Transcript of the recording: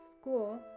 School